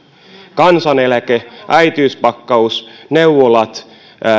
kansaneläke äitiyspakkaus neuvolat